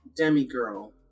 demigirl